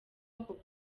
ubwoko